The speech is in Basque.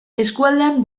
eskualdean